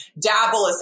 dabble